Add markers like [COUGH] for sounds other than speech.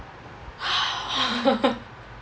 [BREATH] [LAUGHS]